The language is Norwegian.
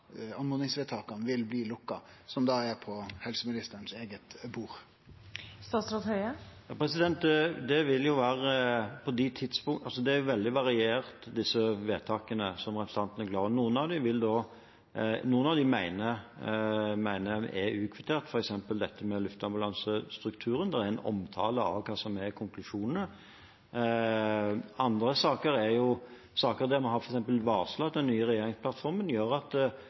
på helseministeren sitt eige bord vil bli lukka? Disse vedtakene er jo veldig varierte, som representanten er klar over. Noen av dem mener jeg er utkvittert, f.eks. dette med luftambulansestrukturen – der er det en omtale av hva som er konklusjonene. I andre saker har vi varslet at den nye regjeringsplattformen gjør at